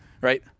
right